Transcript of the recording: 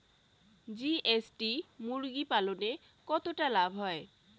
GST মুরগি পালনে কতটা লাভ হয়?